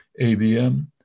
ABM